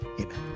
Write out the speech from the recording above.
amen